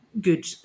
good